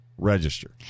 Register